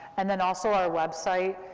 and then also our website,